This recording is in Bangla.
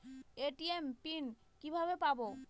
এ.টি.এম পিন কিভাবে পাবো?